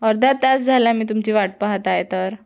अर्धा तास झाला मी तुमची वाट पाहत आहे तर